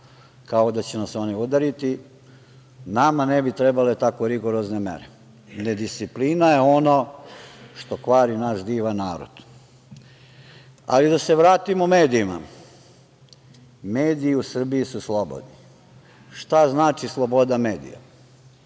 kao da će nas one udariti, nama ne bi trebale tako rigorozne mere. Nedisciplina je ono što kvari naš divan narod. Da se vratimo medijima. Mediji u Srbiji su slobodni. Šta znači sloboda medija?